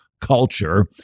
culture